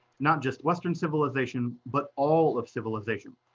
not just western civilization, but all of civilization.